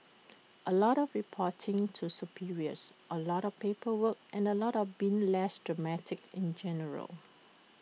A lot of reporting to superiors A lot of paperwork and A lot of being less dramatic in general